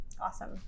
Awesome